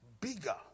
bigger